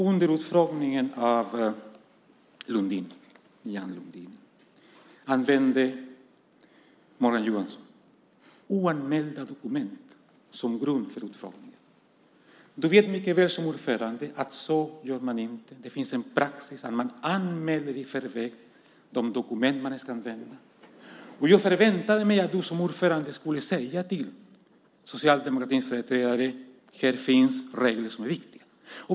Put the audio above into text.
Vid utfrågningen av Ian Lundin använde Morgan Johansson oanmälda dokument som grund. Du vet som ordförande mycket väl att man inte gör så. Det finns en praxis att man i förväg anmäler de dokument man ska använda. Jag förväntade mig att du som ordförande skulle säga till socialdemokratins företrädare att det finns regler som är viktiga.